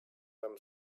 them